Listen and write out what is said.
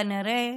כנראה